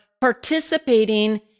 participating